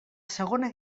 segona